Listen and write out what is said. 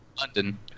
London